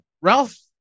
Ralph